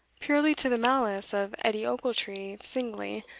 purely to the malice of edie ochiltree singly,